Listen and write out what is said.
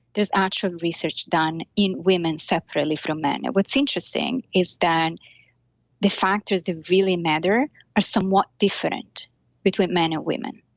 there's actual research done in women separately from men. and what's interesting is then the factors that really matter are somewhat different between men and women.